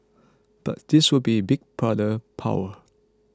but this would be Big Brother power